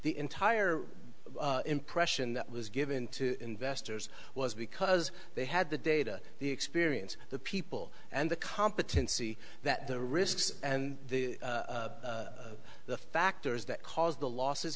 the entire impression that was given to investors was because they had the data the experience the people and the competency that the risks and the factors that caused the losses